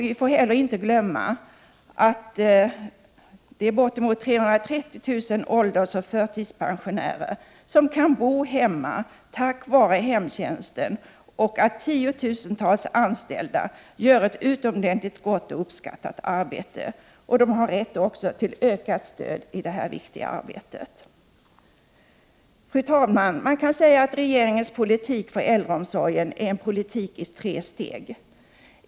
Vi får inte heller glömma bort att 330 000 åldersoch förtidspensionärer kan bo hemma tack vare hemtjänsten och att tiotusentals anställda gör ett utomordentligt gott och uppskattat arbete. De har rätt till ökat stöd i sitt viktiga arbete. Fru talman! Man kan säga att regeringens politik för äldreomsorgen är en politik i tre steg.